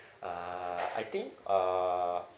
uh I think uh